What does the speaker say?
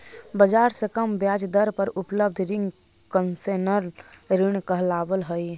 बाजार से कम ब्याज दर पर उपलब्ध रिंग कंसेशनल ऋण कहलावऽ हइ